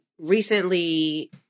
recently